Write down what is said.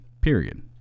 period